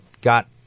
got